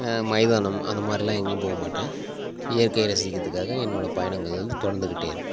மைதானம் அந்த மாதிரிலாம் எங்கேயும் போக மாட்டேன் இயற்கையை ரசிக்கிறதுக்காக என்னோட பயணங்கள் வந்து தொடர்ந்துக்கிட்டே இருக்கும்